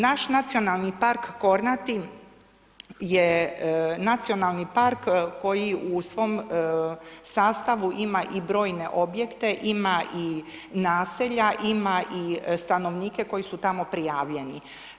Naš Nacionalni park Kornati je nacionalni park koji u svojem sastavu ima i brojne objekte, ima i naselja, ima i stanovnike koji su tamo prijavljeni.